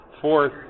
Fourth